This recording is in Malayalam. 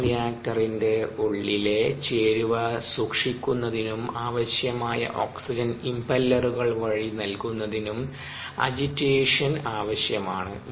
ബയോറിയാക്ടറിന്റെ ഉള്ളിലെ ചേരുവ സൂക്ഷിക്കുന്നതിനും ആവശ്യമായ ഓക്സിജൻ ഇംപെല്ലറുകൾ വഴി നൽകുന്നതിനും അജിറ്റേഷൻ ആവശ്യമാണ്